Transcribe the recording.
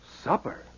Supper